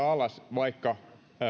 alas vaikka